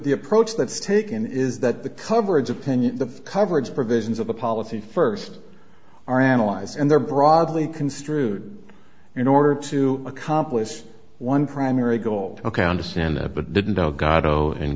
the approach that's taken is that the coverage opinion the coverage provisions of a policy first are analyzed and their broadly construed in order to accomplish one primary goal ok i understand that but didn't oh god oh